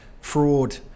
fraud